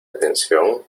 atención